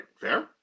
Fair